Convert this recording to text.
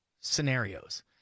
scenarios